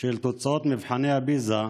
של תוצאות מבחני הפיז"ה,